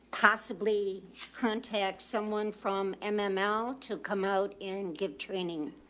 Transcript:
possibly contact someone from mml to come out and give training.